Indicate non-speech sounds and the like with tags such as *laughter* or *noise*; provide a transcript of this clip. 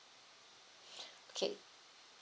*breath* okay